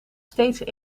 steeds